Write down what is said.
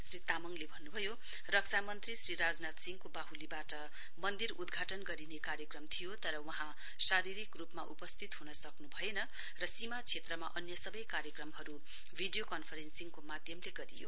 श्री तामङले भन्नुभयो रक्षा मन्त्री श्री राजनाथ सिंहको वाहूलीवाट मन्दिर उद्घाटन गरिने कार्यक्रम थियो तर वहाँ शारीरिक रुपमा उपस्थित हुन सक्नभएन र सीमा क्षेत्रमा अन्य सवै कार्यक्रमहरु भिडियो कन्फरेन्सिङको माध्यमले गरियो